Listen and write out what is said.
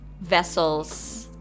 vessels